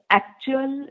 actual